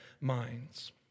minds